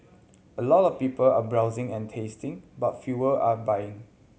a lot of people are browsing and tasting but fewer are buying